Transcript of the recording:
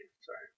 Sorry